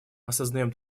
осознаем